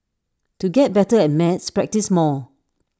to get better at maths practise more